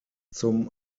zum